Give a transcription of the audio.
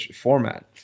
format